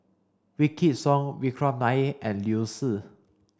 Wykidd Song Vikram Nair and Liu Si